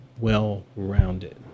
well-rounded